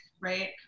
right